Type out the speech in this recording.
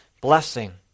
blessing